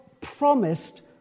promised